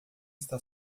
está